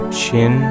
chin